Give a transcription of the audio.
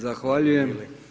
Zahvaljujem.